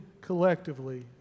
collectively